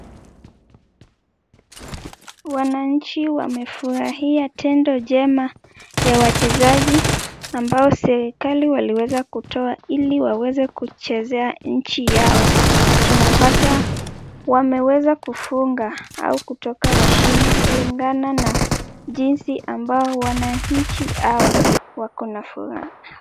Wananchi wamefurahia tendo jema ya wachezaji ambao serikali waliweza kutoa ili waweze kuchezea nchi yao. Tunapata wameweza kufunga au kutoka washindi kulingana na jinsi ambao wananchi hawa wako na furaha.